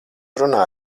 runā